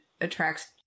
attracts